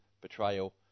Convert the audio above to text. betrayal